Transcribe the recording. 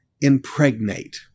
impregnate